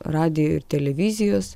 radijo ir televizijos